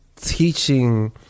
teaching